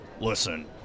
Listen